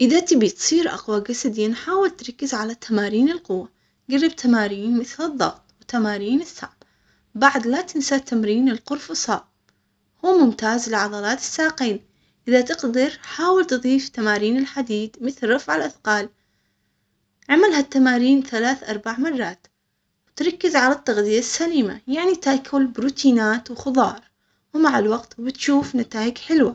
اذا تبي تصير اقوى جسديًا حاول تركز على تمارين القوة. قرب تمارين مثل الضغط تمارين الساق. بعد لا تنسى تمرين القرفصاء. هو ممتاز لعضلات الساقين. اذا تقدر حاول تضيف تمارين الحديد مثل رفع الاثقال. اعمل هالتمارين ثلاث اربع مرات تركز على التغذية السليمة. يعني تاكل بروتينات وخضار ومع الوقت بتشوف نتايج حلوة